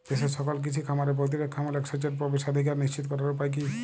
দেশের সকল কৃষি খামারে প্রতিরক্ষামূলক সেচের প্রবেশাধিকার নিশ্চিত করার উপায় কি?